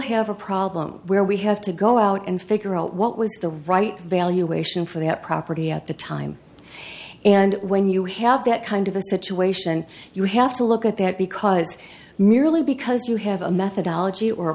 have a problem where we have to go out and figure out what was the right valuation for they have property at the time and when you have that kind of a situation you have to look at that because merely because you have a methodology or a